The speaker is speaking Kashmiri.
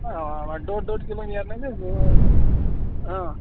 اَوا اَوا ڈۅڈ ڈۅڈ کِلوٗ نیرنَے زٕ